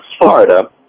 Florida